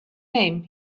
name